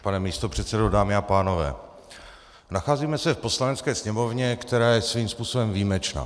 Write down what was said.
Pane místopředsedo, dámy a pánové, nacházíme se v Poslanecké sněmovně, která je svým způsobem výjimečná.